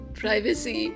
privacy